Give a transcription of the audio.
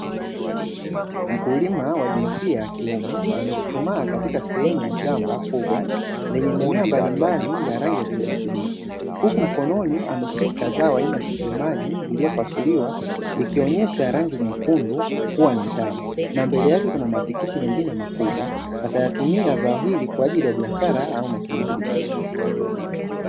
Mkulima wa jinsia ya kiume amechuchumaa katika sehemu ya shamba kubwa lenye mimea mbalimbali ya rangi ya kijani kibichi, huku mkononi ameshika zao aina ya tikiti maji lililopasuliwa likionyesha rangi nyekundu kuwa ni tamu, na mbele yake kuna matikiti mengine makubwa atatumia zao hili kwa ajili ya biashara au matumizi binafsi.